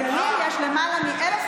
מילא נגד יהודים, אנחנו מבינים.